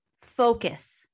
Focus